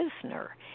prisoner